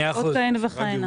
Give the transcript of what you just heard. ועוד כהנה וכהנה.